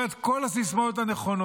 אומר את כל הסיסמאות הנכונות.